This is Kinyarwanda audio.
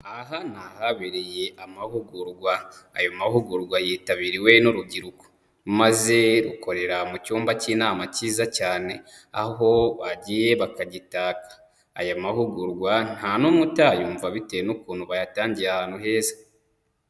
Aha ni ahabereye amahugurwa. Ayo mahugurwa yitabiriwe n'urubyiruko maze rukorera mu cyumba cy'inama cyiza cyane, aho bagiye bakagita. Aya mahugurwa nta n'umwe utayumva bitewe n'ukuntu bayatangiye ahantu heza.